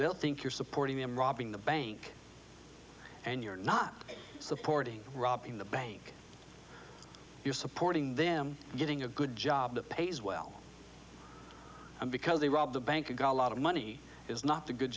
they'll think you're supporting them robbing the bank and you're not supporting robbing the bank you're supporting them getting a good job that pays well because they rob the bank you've got a lot of money is not the good